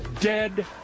dead